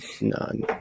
none